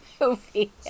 movie